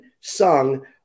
sung